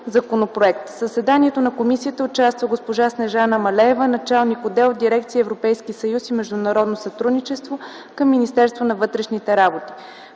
законопроект. В заседанието на комисията взе участие Снежана Малеева – началник отдел в Дирекция „Европейски съюз и международно сътрудничество” към Министерство на вътрешните работи.